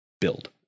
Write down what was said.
build